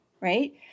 right